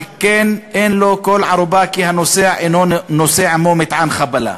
שכן אין לו ערובה כי הנוסע אינו נושא עמו מטען חבלה.